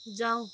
जाउ